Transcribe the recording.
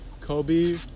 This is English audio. Kobe